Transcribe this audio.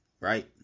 right